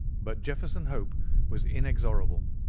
but jefferson hope was inexorable.